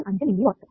5 milli watts